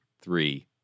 three